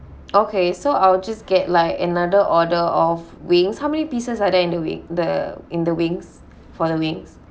okay so I will just get like another order of wings how many pieces are there in the wing the in the wings for the wings